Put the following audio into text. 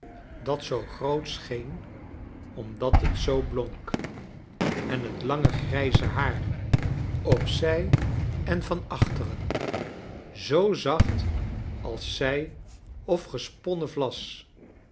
dat zoo groot scheen omdat het zoo blonk en het lange grijze haar op zij en van achteren zoo zacht als zij of gesponnen vlas